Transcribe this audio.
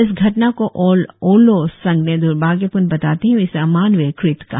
इस घटना को ऑल ओलो संघ ने द्र्भाग्यपूर्ण बताते हए इसे अमानवीय कृत्य कहा